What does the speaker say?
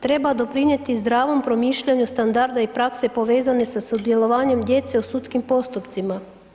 Treba doprinijeti zdravom promišljanju standarda i prakse povezane sa sudjelovanjem djece u sudskim postupcima.